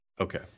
Okay